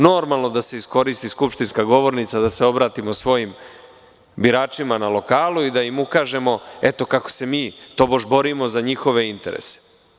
Normalno da se iskoristi skupštinska govornica da se obratimo svojim biračima na lokalu i da im ukažemo, eto kako se mi tobož borimo za njihove interese.